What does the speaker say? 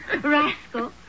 Rascal